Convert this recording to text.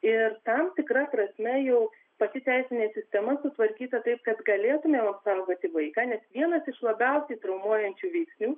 ir tam tikra prasme jau pati teisinė sistema sutvarkyta taip kad galėtume apsaugoti vaiką nes vienas iš labiausiai traumuojančių veiksnių